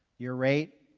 your rate,